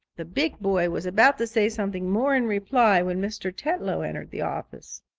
the big boy was about to say something more in reply when mr. tetlow entered the office.